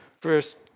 First